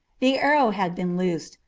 the arrow had been loosed,